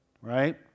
Right